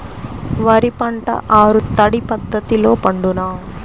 వరి పంట ఆరు తడి పద్ధతిలో పండునా?